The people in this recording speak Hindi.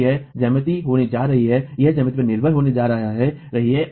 तो यह ज्यामिति होने जा रही है यह ज्यामिति पर निर्भर होने जा रही है